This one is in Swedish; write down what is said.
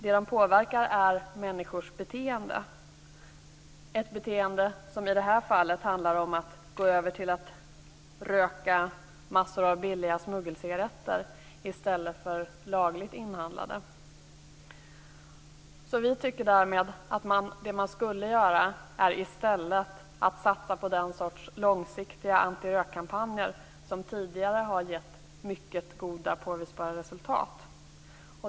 Det som de påverkar är människors beteende, ett beteende som i det här fallet handlar om att gå över till att röka massor av billiga smuggelcigaretter i stället för lagligt inhandlade cigaretter. Det som man skulle göra är i stället att satsa på sådana långsiktiga antirökkampanjer som tidigare har gett mycket goda påvisbara resultat.